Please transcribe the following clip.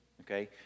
Okay